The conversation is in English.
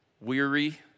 weary